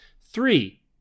Three